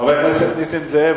חבר הכנסת נסים זאב,